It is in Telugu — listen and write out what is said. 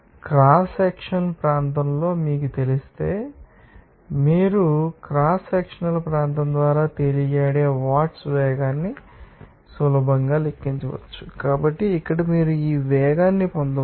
క్రాస్ సెక్షనల్ ప్రాంతం మీకు తెలిస్తే మీరు క్రాస్ సెక్షనల్ ప్రాంతం ద్వారా తేలియాడే వాట్స్ వేగాన్ని సులభంగా లెక్కించవచ్చు కాబట్టి ఇక్కడ మీరు ఈ వేగాన్ని పొందవచ్చు